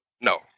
No